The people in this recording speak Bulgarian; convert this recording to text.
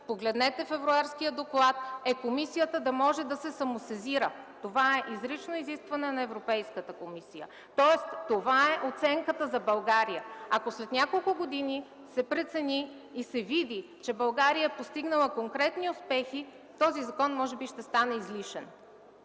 погледнете Февруарския доклад, комисията да може да се самосезира. Това е изрично изискване на Европейската комисия, тоест това е оценката за България. Ако след няколко години се прецени и се види, че България е постигнала конкретни успехи, този закон може би ще стане излишен,